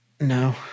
No